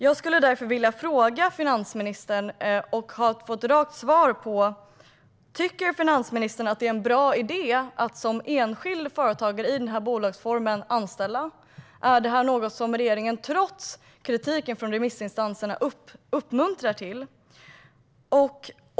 Jag vill därför fråga finansministern och få ett rakt svar: Tycker finansministern att det är en bra idé att som enskild företagare anställa i denna bolagsform? Är det något som regeringen, trots kritiken från remissinstanserna, uppmuntrar till?